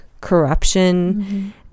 corruption